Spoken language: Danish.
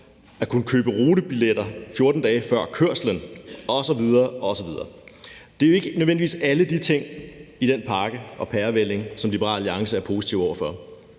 man kan købe rutebilletter 14 dage før kørslen, osv. osv. Det er jo ikke nødvendigvis alle de ting i den pakke og pærevælling, som Liberal Alliance er positive over for,